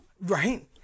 Right